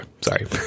sorry